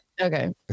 okay